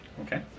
Okay